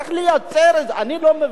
אני לא מבין את ההתנגדות.